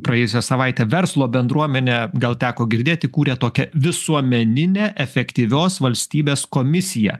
praėjusią savaitę verslo bendruomenę gal teko girdėti kūrė tokią visuomeninę efektyvios valstybės komisiją